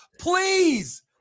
please